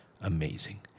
Amazing